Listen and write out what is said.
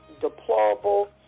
deplorable